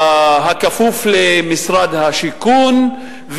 הכפוף למשרד השיכון,